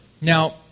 Now